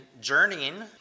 journeying